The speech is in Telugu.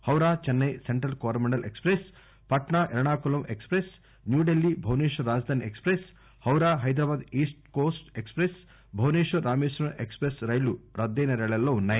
Howrah Chennai central Coromandel express Patna Ernakulam express new Delhi Bhubaneswar Rajdhani express Howrah Hyderabad east coast express Bhubaneswar Rameswaram express రైళ్లు రద్దయిన రైళ్ళలో ఉన్నాయి